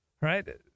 right